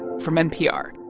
from npr